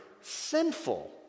sinful